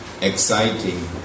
exciting